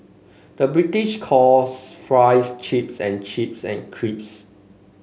the British calls fries chips and chips and crips